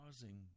causing